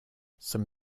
some